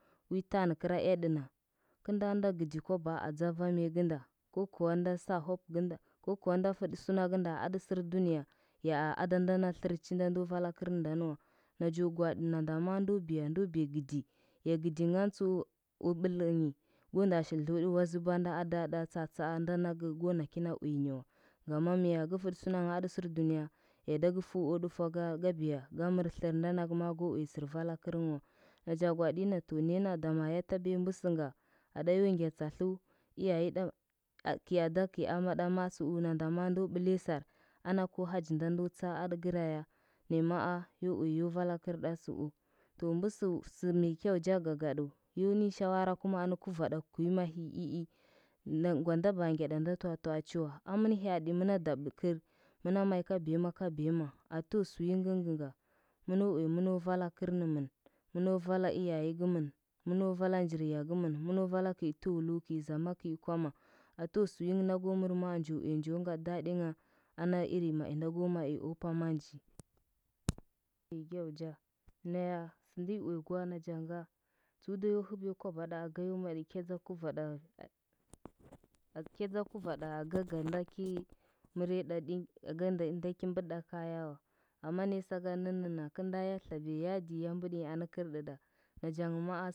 Wi tanɚ gra ea tɚna kɚlnda nda gɚai kwaba atsa vamiya kɚnda, ko kuwa nda sa hope kɚnda, ko kuwa nda fɚtɚ suna kɚnda atɚ sɚr duniya, ya a adanda na tlɚrchi nda ndo vala kɚrnɚndanɚ wa najo gwaɗi nanda ma ndo fa uya ndo biya gɚdi. Ya gɚdi ngan tsu a bɚlɚnyi go nda shil dlutsɚ wazɚba nda ada ɗa tsatsaa nda naga go nda kina uyanyi wa ngama mya ga fɚtɚ sunangha aɗɚ sɚr duniya ya daga feo ɗufaka ka biya ga mɚr thɚr nda nagɚ ma go uya sɚr vala gɚrngh wa naja gwaɗi ya na dama yo tabiya mbɚsɚnga aɗa yonga tsathu iyaye ɗa kɚl adaɗa kɚi amaɗa ma tsu nanda ma ndo bɚliya sar, ana go haji nda ndo tsa atɚ kɚroya, naya man yo uya yo vala kɚrɗa tsɚu to mbɚsɚu sɚ maikya cha gagaɗu yo ni shawara kumo anɚ kuvaɗa kwamahii ii nda ngwanda ba ngyaɗanda tuatua chi wa amɚn hyaɗi mɚna dabɗɚkɚr mɚna mai kabiyama kabiyama ato sɚ wi ngɚngɚnga mɚno uya mɚna vala kɚrnɚmɚn mɚno vala vyaye gɚrmɚn, mɚno vala nji ya gɚmɚn, mɚno vala kɚi tɚwalo, kɚi zama kɚi kwama ato sɚ wingɚ nda go mɚr ma njo uya njo ngaɗdadingha ana wi mai nda go mai o pama nȝi, naya sɚna yi uya kwa najanga tsuu dayo hɚbiya kwaba ɗa kayo ma kya dza kuuaɗa kya dza kura ɗa ka ga nda gi mɚrya ɗa ɗim, kanda ki mbɚtɚɗa kaya wa saga nɚnnɚna kɚrnda ya tlabiya yadi ya mbɚdɚnyi anɚ kɚrɗɚɗa nachangɚ maa.